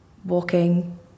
Walking